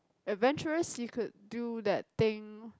adventurous you could do that thing